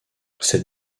cette